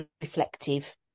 reflective